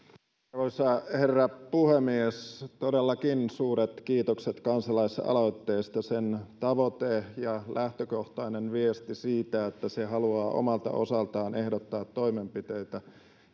arvoisa herra puhemies todellakin suuret kiitokset kansalaisaloitteesta sen tavoite ja lähtökohtainen viesti on se että se haluaa omalta osaltaan ehdottaa toimenpiteitä